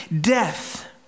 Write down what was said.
death